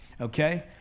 Okay